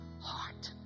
heart